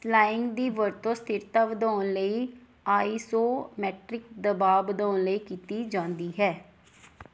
ਸਲਾਇੰਗ ਦੀ ਵਰਤੋਂ ਸਥਿਰਤਾ ਵਧਾਉਣ ਲਈ ਆਈਸੋ ਮੈਟ੍ਰਿਕ ਦਬਾਅ ਬਣਾਉਣ ਲਈ ਕੀਤੀ ਜਾਂਦੀ ਹੈ